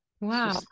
Wow